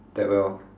that well